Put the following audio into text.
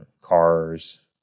cars